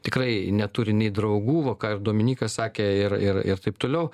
tikrai neturi nei draugų va ką ir dominykas sakė ir ir ir taip toliau